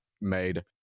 made